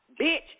bitch